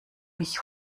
mich